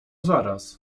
zaraz